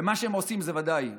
במה שהם עושים זה ודאי,